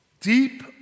deep